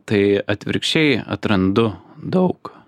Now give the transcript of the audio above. tai atvirkščiai atrandu daug